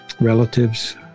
relatives